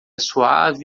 suave